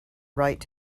right